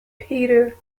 peter